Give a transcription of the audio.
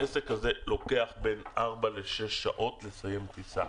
העסק הזה לוקח בין ארבע לשש שעות לסיים טיסה.